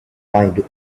find